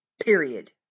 Period